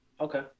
Okay